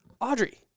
Audrey